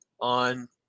on